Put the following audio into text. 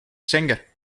singer